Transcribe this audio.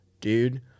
dude